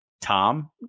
Tom